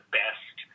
best